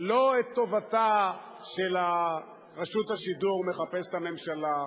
לא את טובתה של רשות השידור הממשלה מחפשת,